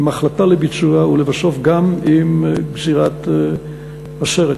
עם החלטה לביצוע ולבסוף גם עם גזירת הסרט.